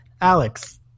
Alex